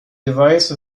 device